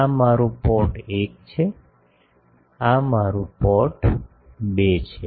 આ મારું પોર્ટ 1 છે આ મારું પોર્ટ 2 છે